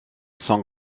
son